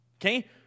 okay